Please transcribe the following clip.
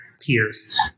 peers